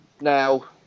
Now